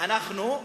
אנחנו,